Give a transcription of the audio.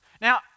Now